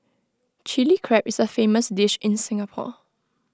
Chilli Crab is A famous dish in Singapore